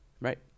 Right